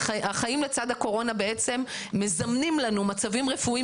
והחיים לצד הקורונה מזמנים לנו מצבים בריאותיים